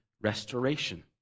restoration